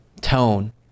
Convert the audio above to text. tone